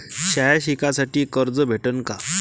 शाळा शिकासाठी कर्ज भेटन का?